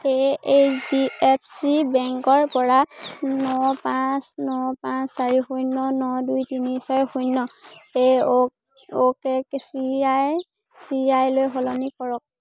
অ' H D F C বেংকৰপৰা ন পাঁচ ন পাঁচ চাৰি শূন্য ন দুই তিনি ছয় শূন্য A O O K K C I C আইলৈ সলনি কৰক